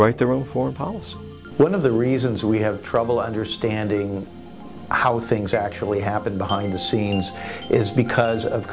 write their own foreign policy one of the reasons we have trouble understanding how things actually happen behind the scenes is because of